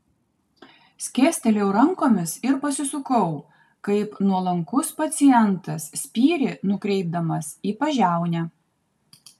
skėstelėjau rankomis ir pasisukau kaip nuolankus pacientas spyrį nukreipdamas į pažiaunę